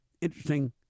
interesting